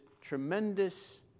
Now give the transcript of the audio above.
tremendous